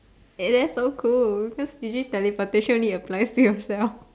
hey that's so cool cause really teleportation need apply free of cell